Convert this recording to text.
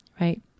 right